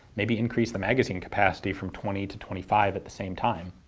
maybe increase the magazine capacity from twenty to twenty five at the same time.